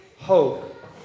hope